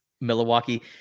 Milwaukee